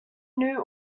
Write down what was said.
knew